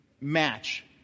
match